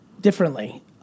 differently